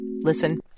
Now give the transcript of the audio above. Listen